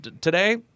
Today